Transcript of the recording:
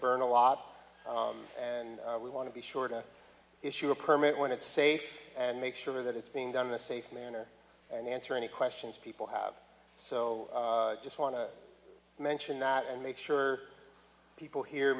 burn a lot and we want to be sure to issue a permit when it's safe and make sure that it's being done in a safe manner and answer any questions people have so just want to mention that and make sure people here